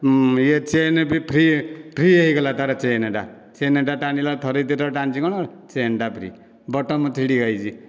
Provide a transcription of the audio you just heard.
ଇୟେ ଚେନ୍ ବି free free ହୋଇଗଲା ତା'ର ଚେନ୍ଟା ଚେନ୍ଟା ଟାଣିଲା ଥରେ ଦି ଥର ଟାଣିଚି କି କଣ ଚେନ୍ଟା ଫ୍ରି ବଟନ ଛିଡ଼ି ଯାଇଛି